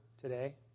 today